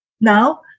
Now